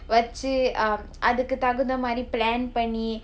வச்சு:vachchu um அதுக்கு தகுந்த மாதிரி:adukku taguntha maathiri plan பண்ணி:panni